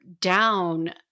down